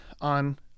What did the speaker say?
on